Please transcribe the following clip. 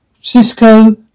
Cisco